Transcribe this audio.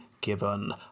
given